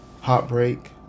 heartbreak